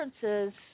differences